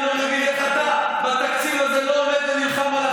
אני לא מבין איך אתה בתקציב הזה לא עומד במלחמה.